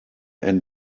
and